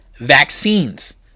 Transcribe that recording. vaccines